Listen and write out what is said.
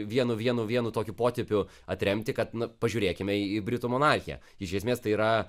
vienu vienu vienu tokiu potipiu atremti kad na pažiūrėkime į britų monarchiją iš esmės tai yra